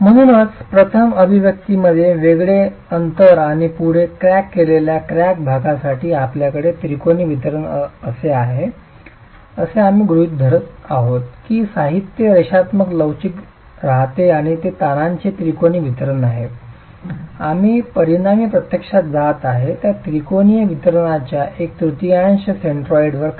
म्हणूनच प्रथम अभिव्यक्तीचे वेगळे अंतर आणि पुढे क्रॅक झालेल्या क्रॅक भागासाठी आपल्याकडे त्रिकोणी वितरण आहे असे आम्ही गृहित धरत आहोत की साहित्य रेषात्मक लवचिक राहते ते ताणांचे त्रिकोणी वितरण आहे आणि परिणामी प्रत्यक्षात जात आहे त्या त्रिकोणी वितरणाच्या एक तृतीयांशच्या सेन्ट्रॉइडवर काम करणे